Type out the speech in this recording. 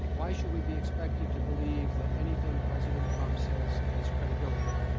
why should we be expected to believe that anything president trump says, has credibility.